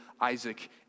Isaac